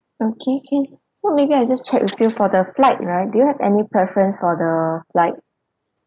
okay can so maybe I just check with you for the flight right do you have any preference for the flight